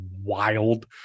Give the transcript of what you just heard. wild